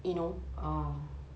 oh